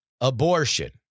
abortion